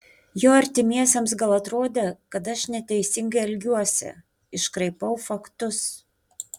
jo artimiesiems gal atrodė kad aš neteisingai elgiuosi iškraipau faktus